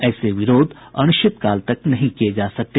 ऐसे विरोध अनिश्चितकाल तक नहीं किये जा सकते